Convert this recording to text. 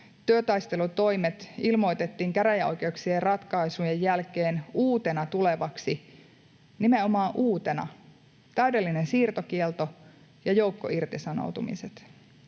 työtaistelutoimet ilmoitettiin käräjäoikeuksien ratkaisujen jälkeen uutena tuleviksi — nimenomaan uusina täydellinen siirtokielto ja joukkoirtisanoutumiset